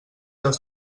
les